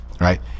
right